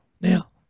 now